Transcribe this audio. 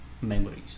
memories